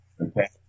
Okay